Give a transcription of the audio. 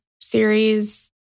series